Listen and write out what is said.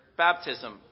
baptism